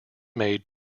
made